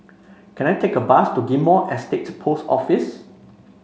can I take a bus to Ghim Moh Estate Post Office